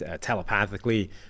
telepathically